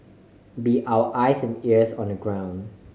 be our eyes and ears on the ground